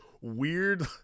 weird